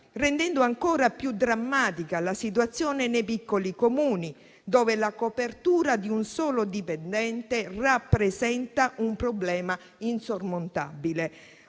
rendendo ancora più drammatica la situazione nei piccoli Comuni, dove la copertura di un solo dipendente rappresenta un problema insormontabile,